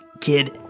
kid